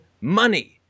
money